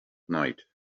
night